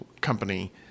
company